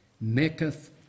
maketh